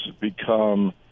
become